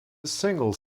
single